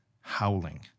howling